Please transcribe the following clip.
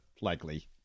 likely